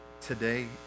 today